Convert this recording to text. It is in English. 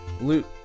loot